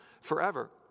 forever